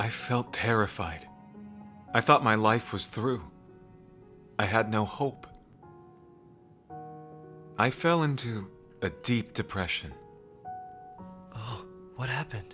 i felt terrified i thought my life was through i had no hope i fell into a deep depression what happened